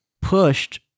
pushed